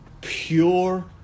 Pure